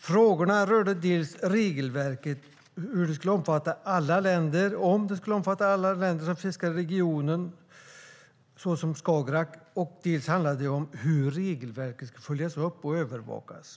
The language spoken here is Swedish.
Frågorna rörde dels regelverket, om det skulle omfatta alla länder som fiskar i regionen, såsom Skagerrak, dels hur regelverket ska följas upp och övervakas.